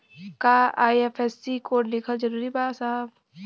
का IFSC code लिखल जरूरी बा साहब?